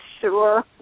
Sure